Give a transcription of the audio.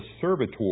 servitor